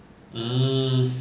mm